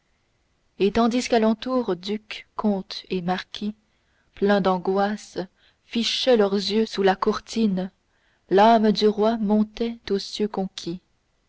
et tandis qu'alentour ducs comtes et marquis pleins d'angoisses fichaient leurs yeux sous la courtine l'âme du roi montait aux cieux conquis